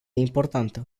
importantă